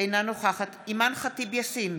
אינה נוכחת אימאן ח'טיב יאסין,